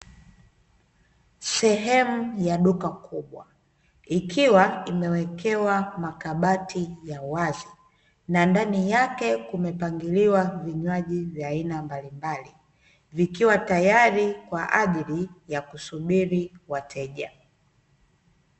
Sehemu ya duka kubwa ikiwa imewekewa makabati ya wazi, na ndani yake kumepangiliwa vinywaji vya aina mbalimbali, vikiwa tayari kwaajili ya kusubiri wateja.